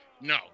No